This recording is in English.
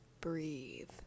breathe